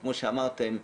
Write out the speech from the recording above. וכמו שאמרתם,